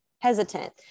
hesitant